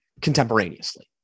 contemporaneously